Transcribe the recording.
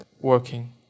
working